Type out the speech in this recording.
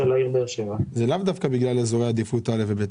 לעיר באר שבע זה לאו דווקא בגלל אזורי עדיפות א ו-ב'.